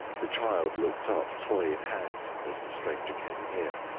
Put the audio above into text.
the child looked up, toy in hand, as the stranger came near,